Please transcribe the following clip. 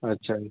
अच्छा